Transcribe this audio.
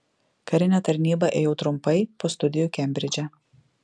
karinę tarnybą ėjau trumpai po studijų kembridže